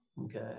Okay